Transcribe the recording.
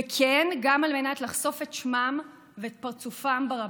וכן, גם על מנת לחשוף את שמם ואת פרצופם ברבים.